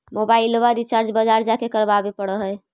मोबाइलवा रिचार्ज बजार जा के करावे पर है?